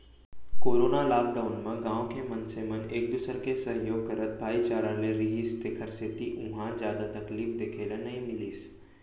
corona lockdown म गाँव के मनसे मन एक दूसर के सहयोग करत भाईचारा ले रिहिस तेखर सेती उहाँ जादा तकलीफ देखे ल नइ मिलिस